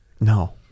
No